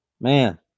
man